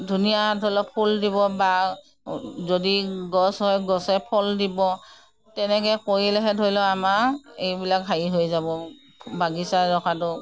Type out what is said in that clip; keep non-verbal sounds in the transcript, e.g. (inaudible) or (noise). ধুনীয়া ধৰি লওক ফুল দিব বা (unintelligible) যদি গছ হয় গছে ফল দিব তেনেকৈ কৰিলেহে ধৰি লওক আমাৰ এইবিলাক হেৰি হৈ যাব বাগিচা ৰখাটো